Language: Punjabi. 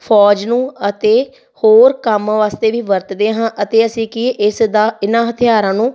ਫੌਜ ਨੂੰ ਅਤੇ ਹੋਰ ਕੰਮ ਵਾਸਤੇ ਵੀ ਵਰਤਦੇ ਹਾਂ ਅਤੇ ਅਸੀਂ ਕੀ ਇਸ ਦਾ ਇਹਨਾਂ ਹਥਿਆਰਾਂ ਨੂੰ